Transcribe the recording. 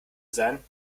sein